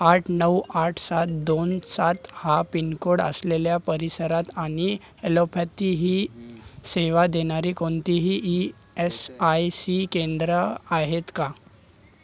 आठ नऊ आठ सात दोन सात हा पिनकोड असलेल्या परिसरात आणि ॲलोपॅथी ही सेवा देणारी कोणतीही ई एस आय सी केंद्रं आहेत का